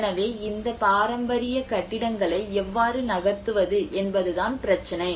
எனவே இந்த பாரம்பரிய கட்டிடங்களை எவ்வாறு நகர்த்துவது என்பதுதான் பிரச்சினை